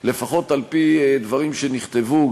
לפחות על-פי דברים שנכתבו,